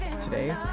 today